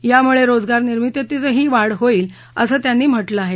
त्यामुळे रोजगारनिर्मितीतही वाढ होईल असं त्यांनी म्हटलं आहे